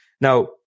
Now